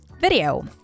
video